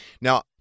Now